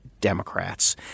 Democrats